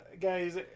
Guys